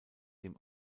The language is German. dem